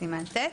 בסימן ט'.